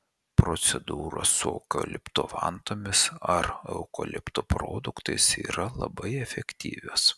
procedūros su eukalipto vantomis ar eukalipto produktais yra labai efektyvios